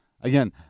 again